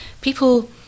People